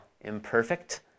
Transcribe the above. imperfect